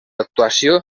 actuació